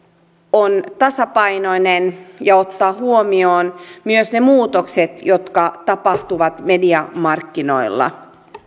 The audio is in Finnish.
on tasapainoinen ja ottaa huomioon myös ne muutokset jotka tapahtuvat mediamarkkinoilla